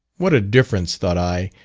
what a difference, thought i,